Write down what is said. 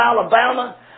Alabama